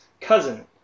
cousin